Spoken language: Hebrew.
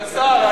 אדוני השר,